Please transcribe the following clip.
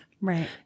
Right